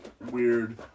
weird